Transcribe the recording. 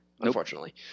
unfortunately